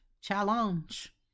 Challenge